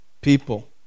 people